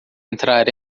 entrar